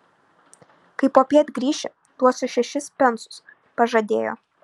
kai popiet grįši duosiu šešis pensus pažadėjo